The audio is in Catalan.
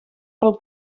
pel